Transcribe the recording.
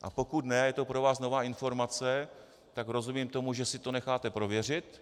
A pokud ne a je to pro vás nová informace, tak rozumím tomu, že si to necháte prověřit.